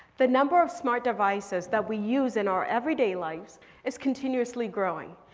the number of smart devices that we use in our everyday lives is continuously growing.